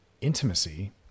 Intimacy